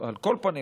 על כל פנים,